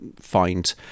find